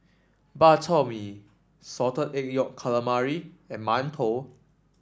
Bak Chor Mee Salted Egg Yolk Calamari and mantou